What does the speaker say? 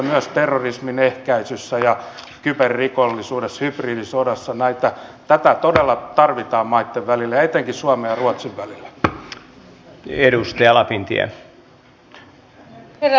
myös terrorismin ehkäisyssä kyberrikollisuudessa ja hybridisodassa tätä todella tarvitaan maitten välillä ja etenkin suomen ja ruotsin välillä